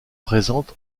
présente